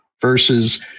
versus